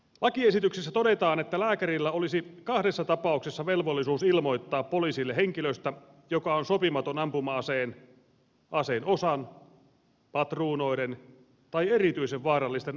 lakiesityksessä todetaan että lääkärillä olisi kahdessa tapauksessa velvollisuus ilmoittaa poliisille henkilöstä joka on sopimaton ampuma aseen aseen osan patruunoiden tai erityisen vaarallisten ammusten hallussapitoon